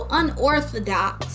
unorthodox